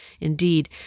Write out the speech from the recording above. Indeed